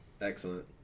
Excellent